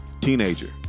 Teenager